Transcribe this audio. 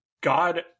God